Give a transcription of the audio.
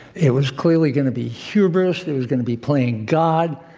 it was clearly going to be hubris it was going to be playing god,